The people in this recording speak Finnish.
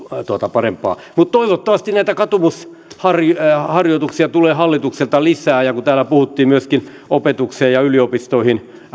parempaa mutta toivottavasti näitä katumusharjoituksia tulee hallitukselta lisää ja kun täällä puhuttiin myöskin opetukseen ja yliopistoihin